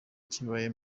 kibaye